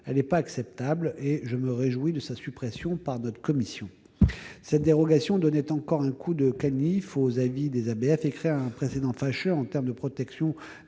elle n'est pas acceptable, et je me réjouis de sa suppression par notre commission. Cette dérogation donnait encore un coup de canif aux avis des ABF et créait un précédent fâcheux en termes de protection des monuments